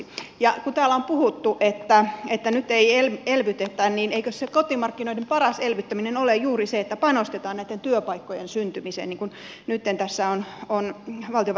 kun täällä on puhuttu että nyt ei elvytetä niin eikös sitä kotimarkkinoiden parasta elvyttämistä ole juuri se että panostetaan näitten työpaikkojen syntymiseen niin kuin nytten tässä on valtiovarainministeri kertonut